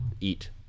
eat